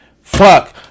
fuck